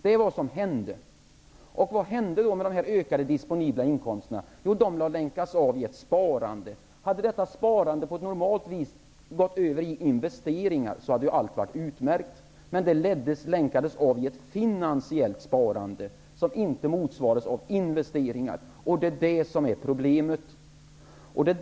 Det fantastiska var att hushållen år Jo, de har länkats in i ett sparande. Hade detta sparande på ett normalt vis gått över i investeringar, hade allt varit utmärkt, men det länkades in i ett finansiellt sparande som inte motsvarades av investeringar, och det är det som är problemet.